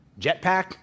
Jetpack